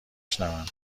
شنوم